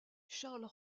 charles